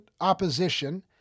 opposition